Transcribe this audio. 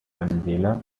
angela